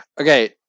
Okay